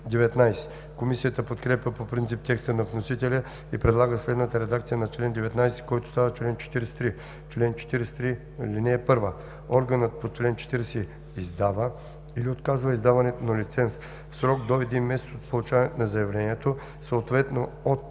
Комисията подкрепя по принцип текста на вносителя и предлага следната редакция на чл. 19, който става чл. 43: „Чл. 43. (1) Органът по чл. 40 издава или отказва издаването на лиценз в срок до един месец от получаване на заявлението, съответно от